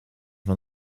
van